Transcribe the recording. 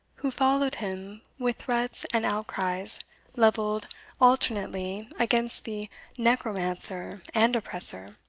who followed him with threats and outcries levelled alternately against the necromancer and oppressor,